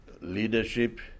Leadership